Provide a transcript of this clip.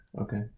Okay